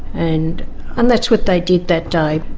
and and that's what they did that day.